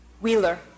Wheeler